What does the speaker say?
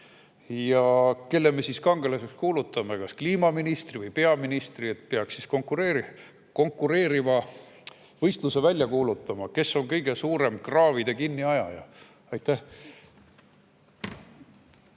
Kelle me siis kangelaseks kuulutame, kas kliimaministri või peaministri? Peaks siis konkureerima, kuulutama välja võistluse, kes on kõige suurem kraavide kinniajaja. Aitäh!